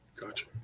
Gotcha